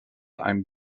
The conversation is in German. ein